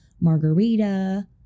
margarita